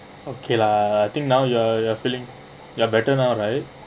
okay lah I think now your your feeling you are better now right